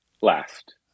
Last